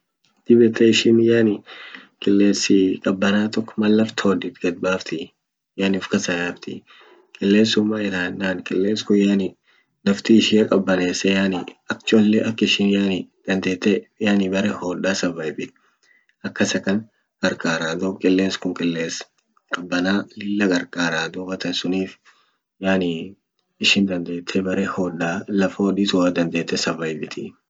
dib yette ishin yani qilesi qabana tok mal laft hodit gadbaftii yani ufkasa bafti, qilesun man yedan yenan qilesun yani nafti ishia qabanese ak cholle ak ishin yani bere hoda survive it akas akan qarqara dub qiles kun qiles qabanaa lilla qarqaraa dubatan sunif yani ishin dandete bere hoda laf hoditua dandete savaiviti.